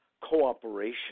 cooperation